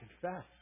confess